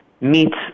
meets